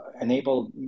enable